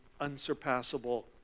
unsurpassable